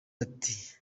ati